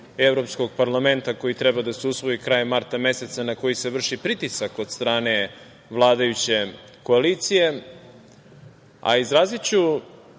Evropskog parlamenta, koji treba da se usvoji krajem marta meseca, na koji se vrši pritisak od strane vladajuće koalicije. Izraziću